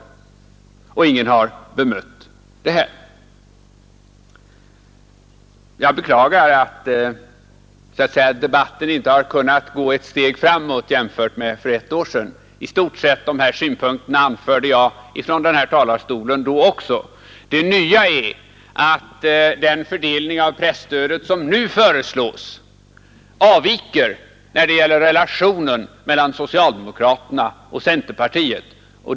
Ingen har bemött detta. Jag beklagar att debatten inte har kunnat gå ett steg framåt jämfört med för ett år sedan. I stort sett dessa synpunkter anförde jag även den gången från denna talarstol. Det nya är att den fördelning av presstödet som nu föreslås avviker när det gäller relationen mellan socialdemokraterna och centerpartiet.